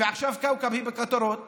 ועכשיו כאוכב בכותרות,